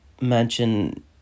mention